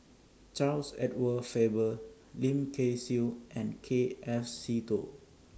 Charles Edward Faber Lim Kay Siu and K F Seetoh